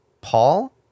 Paul